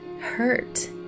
hurt